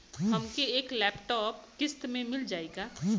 हमके एक लैपटॉप किस्त मे मिल जाई का?